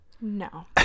No